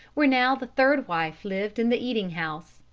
where now the third wife lived in the eating-house,